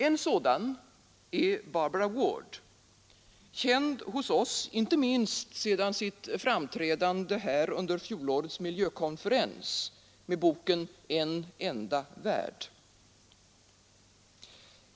En sådan är Barbara Ward, känd hos oss inte minst sedan sitt framträdande här under fjolårets miljökonferens med boken ”En enda värld”.